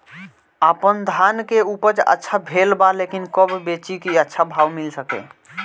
आपनधान के उपज अच्छा भेल बा लेकिन कब बेची कि अच्छा भाव मिल सके?